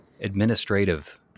administrative